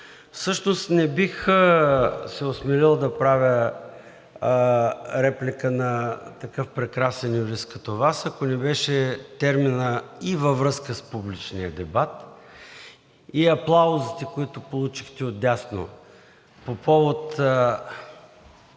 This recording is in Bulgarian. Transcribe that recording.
всъщност не бих се осмелил да правя реплика на такъв прекрасен юрист като Вас, ако не беше терминът „и във връзка с публичния дебат“, и аплаузите, които получихте отдясно, по повод